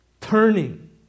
Turning